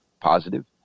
positive